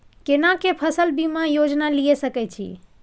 केना के फसल बीमा योजना लीए सके छी?